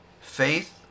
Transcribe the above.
Faith